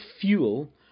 fuel